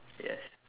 yes